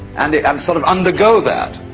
and um sort of undergo that.